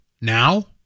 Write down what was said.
now